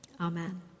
Amen